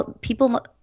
people